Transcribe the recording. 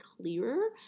clearer